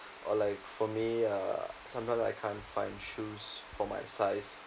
or like for me uh sometimes I can't find shoes for my size